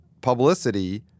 publicity